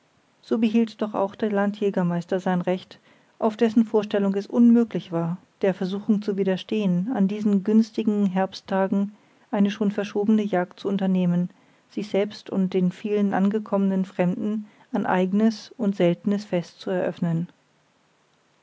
so behielt doch auch der landjägermeister sein recht auf dessen vorstellung es unmöglich war der versuchung zu widerstehen an diesen günstigen herbsttagen eine schon verschobene jagd zu unternehmen sich selbst und den vielen angekommenen fremden ein eignes und seltnes fest zu eröffnen